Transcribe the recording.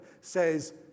says